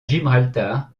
gibraltar